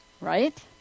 right